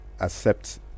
accept